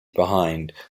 behind